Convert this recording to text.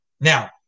Now